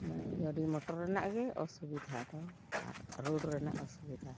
ᱜᱟᱹᱰᱤ ᱢᱚᱴᱚᱨ ᱨᱮᱱᱟᱜ ᱜᱮ ᱚᱥᱩᱵᱤᱫᱷᱟ ᱫᱚ ᱟᱨ ᱨᱳᱰ ᱨᱮᱱᱟᱜ ᱚᱥᱩᱵᱤᱫᱷᱟ